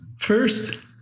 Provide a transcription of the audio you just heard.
First